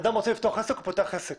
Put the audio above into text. אדם רוצה לפתוח עסק הוא פותח עסק